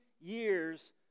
years